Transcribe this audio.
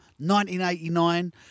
1989